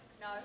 No